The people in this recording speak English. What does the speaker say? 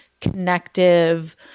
connective